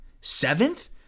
Seventh